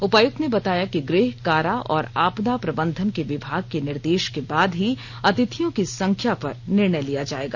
उपायुक्त ने बताया कि गृह कारा और आपदा प्रबंधन के विभाग के निर्देश के बाद ही अतिथियों की संख्या पर निर्णय लिया जायेगा